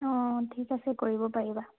অঁ ঠিক আছে কৰিব পাৰিবা